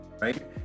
Right